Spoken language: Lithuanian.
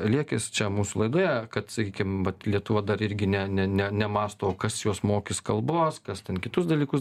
liekis čia mūsų laidoje kad sakykim vat lietuva dar irgi ne ne ne nemąsto o kas juos mokys kalbos kas ten kitus dalykus